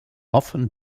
often